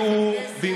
כי הוא,